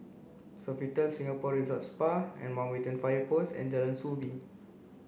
Sofitel Singapore Resort Spa Fire Post and Jalan Soo Bee